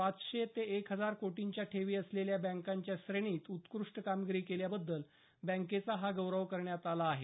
पाचशे ते एक हजार कोटींच्या ठेवी असलेल्या बँकांच्या श्रेणीत उत्कृष्ट कामगिरी केल्याबद्दल बँकेचा हा गौरव करण्यात आला आहे